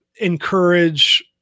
encourage